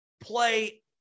play